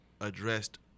addressed